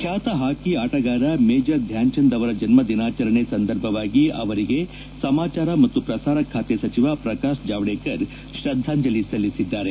ಖ್ಯಾತ ಹಾಕಿ ಆಟಗಾರ ಮೇಜರ್ ಧ್ಯಾನ್ಚಂದ್ ಅವರ ಜನ್ಮದಿನಾಚರಣೆ ಸಂದರ್ಭವಾಗಿ ಅವರಿಗೆ ಸಮಾಚಾರ ಮತ್ತು ಪ್ರಸಾರ ಖಾತೆ ಸಚಿವ ಪ್ರಕಾಶ್ ಜಾವಡೇಕರ್ ಶ್ರದ್ಗಾಂಜಲಿ ಸಲ್ಲಿಸಿದ್ದಾರೆ